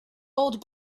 old